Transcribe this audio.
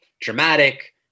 dramatic